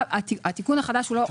התיקון החדש לא חתום.